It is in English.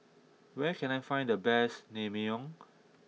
where can I find the best Naengmyeon